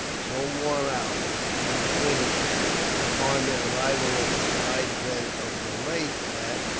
so worn out were the british upon their arrival at the dried bed of the lake that,